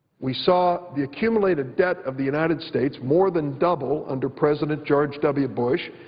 we saw the accumulated debt of the united states more than double under president george w. bush,